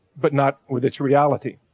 but not with its reality.